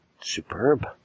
superb